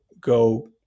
go